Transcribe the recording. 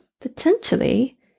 potentially